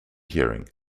hearing